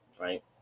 right